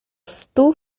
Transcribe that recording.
stu